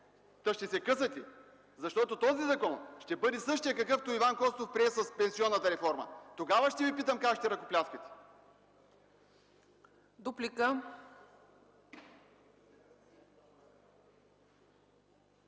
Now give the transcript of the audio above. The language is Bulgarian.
та ще се късате, защото този закон ще бъде същият, какъвто Иван Костов прие с пенсионната реформа! Тогава ще Ви питам как ще ръкопляскате!